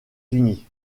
unis